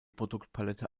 produktpalette